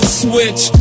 switch